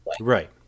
Right